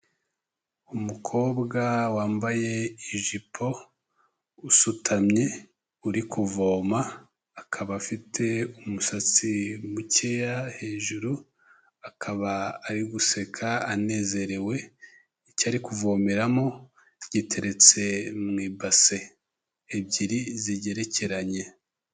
Umukobwa wambaye ijipo usutamye uri kuvoma, akaba afite umusatsi mukeya hejuru, akaba ari guseka anezerewe, icyo ari kuvomeramo giteretse mu ibase ebyiri zigerekeranye.